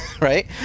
right